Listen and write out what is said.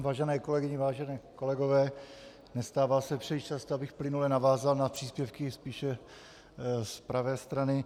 Vážené kolegyně, vážení kolegové, nestává se příliš často, abych plynule navázal na příspěvky spíše z pravé strany.